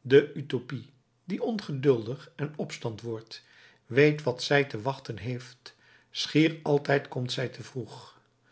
de utopie die ongeduldig en opstand wordt weet wat zij te wachten heeft schier altijd komt zij te vroeg